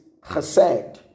chesed